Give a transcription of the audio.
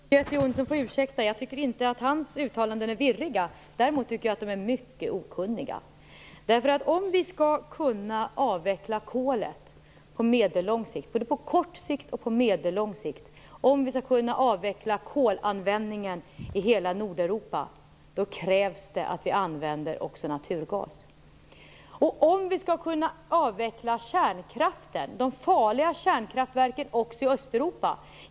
Herr talman! Göte Jonsson får ursäkta - jag tycker inte att hans uttalanden är virriga; däremot tycker jag att de är mycket okunniga. Om vi skall kunna avveckla kolanvändningen i hela Nordeuropa både på kort sikt och på medellång sikt, krävs det att vi använder också naturgas. Om vi skall kunna avveckla kärnkraften, inklusive de farliga kärnkraftverken i Östeuropa, krävs det också att vi använder naturgas.